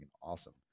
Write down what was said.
awesome